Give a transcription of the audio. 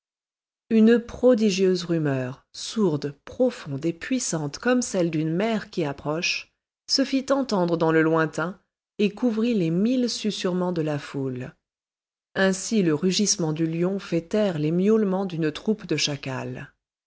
une prodigieuse rumeur sourde profonde et puissante comme celle d'une mer qui approche se fit entendre dans le lointain et couvrit les mille susurrements de la foule ainsi le rugissement d'un lion fait taire les miaulements d'une troupe de chacals